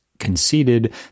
conceded